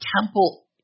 Temple